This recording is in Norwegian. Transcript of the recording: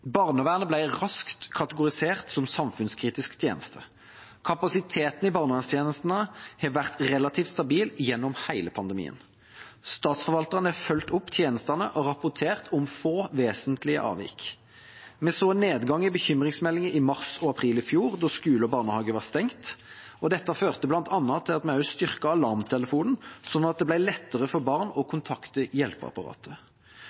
Barnevernet ble raskt kategorisert som en samfunnskritisk tjeneste. Kapasiteten i barnevernstjenestene har vært relativt stabil gjennom hele pandemien. Statsforvalterne har fulgt opp tjenestene og rapportert om få vesentlige avvik. Vi så en nedgang i bekymringsmeldinger i mars og april i fjor, da skoler og barnehager var stengt, og dette førte bl.a. til at vi også styrket Alarmtelefonen, sånn at det ble lettere for barn å